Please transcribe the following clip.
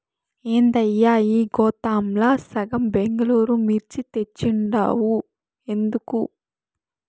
ఏందయ్యా ఈ గోతాంల సగం బెంగళూరు మిర్చి తెచ్చుండావు ఎందుకు